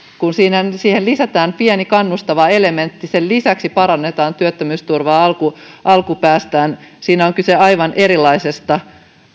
kun siinä siihen lisätään pieni kannustava elementti ja sen lisäksi parannetaan työttömyysturvaa alkupäästään siinä on kyse aivan erilaisesta